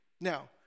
Now